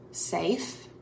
Safe